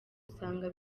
usanga